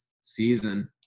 season